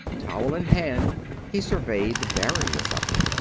towel in hand he surveyed the barrenness of it.